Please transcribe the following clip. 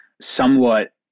somewhat